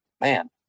man